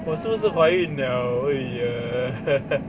我是不是怀孕了 !haiya!